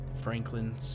Franklin